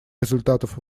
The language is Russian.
результатов